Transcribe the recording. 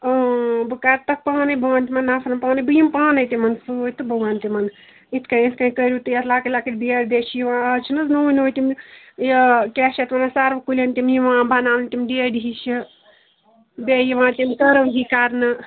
اۭں بہٕ کَر تَتھ پانے بہٕ ونہٕ تِمن نفرن پانے بہٕ یِم پانے تِمن سۭتۍ تہٕ بہٕ ونہٕ تِمن اِتھ کٔنۍ اِتھ کٔنۍ کٔرِو تُہۍ اَتھ لکٕٹۍ لکٕٹۍ بیٚڈ بیٚیہِ چھِ یِوان آز چھُنہَ حظ نوٕے نوٕے تِم یہِ کیاہ چھِ یَتھ وَنان سروٕ کُلٮ۪ن تِم یِوان بَناونہٕ تِم ڈیڈِ ہِشہِ بیٚیہِ یِوان تِم کٔرو ہی کَرنہٕ